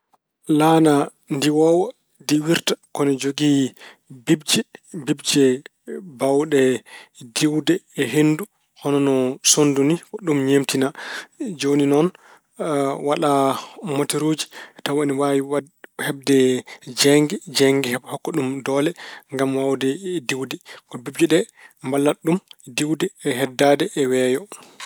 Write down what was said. Laana ndiwoowa, diwirta ko ene jogii bibje, bibje mbaawɗe diwde e henndu hono no sonndu ni, ko ɗum ñeemtina. Jooni noon waɗa moteeruuji tawa ina waawi waɗ- heɓde jeeynge. Jeeynge heɓa hokka ɗum jeeynge ngam waawde diwde. Ko bibje ɗe mballata ɗum diwde e heddaade e weeyo.